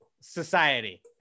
society